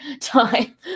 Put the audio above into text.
time